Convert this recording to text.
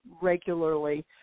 regularly